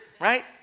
right